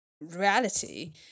reality